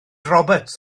roberts